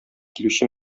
килүче